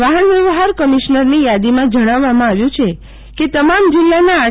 વાહન વ્યવહાર કમિશ્નરની યાદીમાં જજ્ઞાવવામાં આવ્યું છે કે તમામ જિલ્લાના આર